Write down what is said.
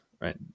right